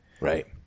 right